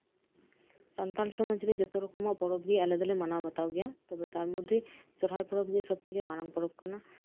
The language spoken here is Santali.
ᱥᱟᱱᱛᱟᱲ ᱥᱚᱢᱟᱡᱽ ᱨᱮᱭᱟᱜ ᱡᱚᱛᱚ ᱞᱮᱠᱟᱱ ᱯᱚᱨᱚᱵᱽ ᱜᱮ ᱟᱞᱮ ᱫᱚᱞᱮ ᱢᱟᱱᱟᱣ ᱵᱟᱛᱟᱣ ᱜᱮᱭᱟ ᱛᱚᱵᱮ ᱛᱟᱨᱢᱚᱫᱽᱫᱷᱮ ᱥᱚᱨᱦᱟᱭ ᱯᱚᱨᱚᱵᱽ ᱜᱮ ᱡᱚᱛᱚ ᱠᱷᱚᱱ ᱢᱟᱨᱟᱝ ᱯᱚᱨᱚᱵᱽ ᱠᱟᱱᱟ